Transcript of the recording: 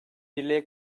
birliğe